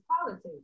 politics